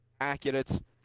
accurate